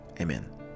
Amen